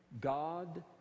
god